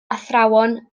athrawon